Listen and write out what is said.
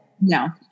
no